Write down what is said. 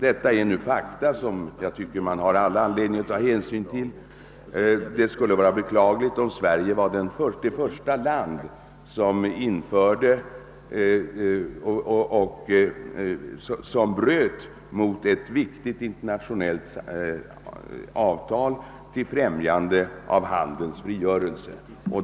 Detta är fakta som jag tycker man har anledning att beakta. Det skulle vara beklagligt om Sverige blev det första land som bröt mot ett viktigt internationellt avtal till främjande av handelns frigörelse.